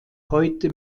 heute